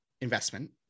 investment